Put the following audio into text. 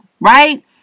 right